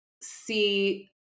see